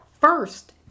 First